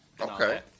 okay